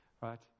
right